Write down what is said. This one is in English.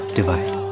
divide